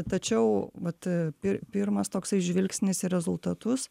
tačiau vat pir pirmas toksai žvilgsnis į rezultatus